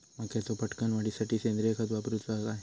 मक्याचो पटकन वाढीसाठी सेंद्रिय खत वापरूचो काय?